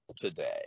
today